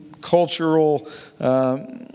cultural